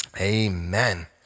Amen